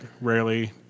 rarely